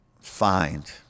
find